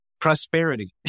prosperity